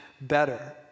better